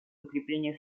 укреплению